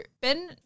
Ben